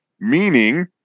meaning